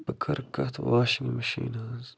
بہٕ کَر کَتھ واشٕنِگ مِشیٖنہِ ہنٛز